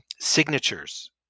signatures